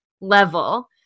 level